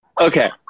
okay